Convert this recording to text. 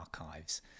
Archives